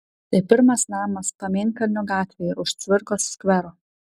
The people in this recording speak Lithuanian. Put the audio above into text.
tai pirmas namas pamėnkalnio gatvėje už cvirkos skvero